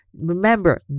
remember